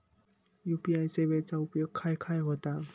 UPI सेवेचा उपयोग खाय खाय होता?